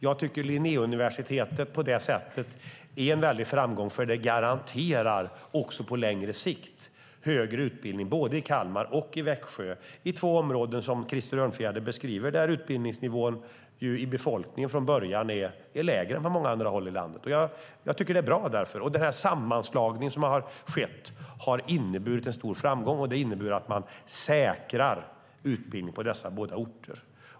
Jag tycker att Linnéuniversitetet på det sättet är en väldig framgång. Det garanterar också på längre sikt högre utbildning både i Kalmar och i Växjö. Det är två områden, som Krister Örnfjäder beskriver, där utbildningsnivån i befolkningen från början är lägre än på många andra håll i landet. Jag tycker att det är bra. Den sammanslagning som har skett har inneburit en stor framgång. Det innebär att man säkrar utbildning på båda dessa orter.